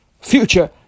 future